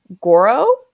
Goro